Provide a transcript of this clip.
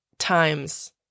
times